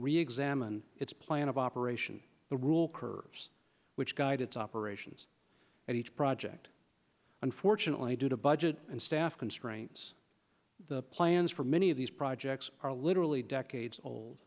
reexamine its plan of operation the rule curves which guide its operations and each project unfortunately due to budget and staff constraints the plans for many of these projects are literally decades old